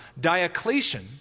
Diocletian